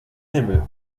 himmel